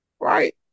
Right